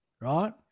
right